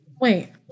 Wait